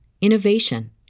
innovation